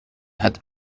hat